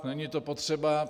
Není to potřeba?